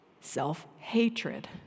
self-hatred